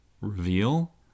reveal